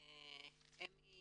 אמי